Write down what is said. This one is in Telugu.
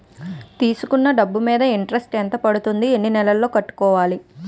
తీసుకున్న డబ్బు మీద ఇంట్రెస్ట్ ఎంత పడుతుంది? ఎన్ని నెలలో కట్టాలి?